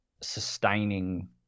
sustaining